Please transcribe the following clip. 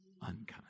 unkind